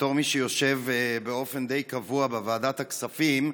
בתור מי שיושב באופן די קבוע בוועדת הכספים,